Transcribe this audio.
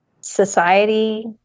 society